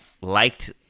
liked